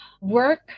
work